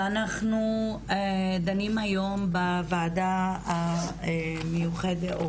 ואנחנו דנים היום בוועדה המיוחדת,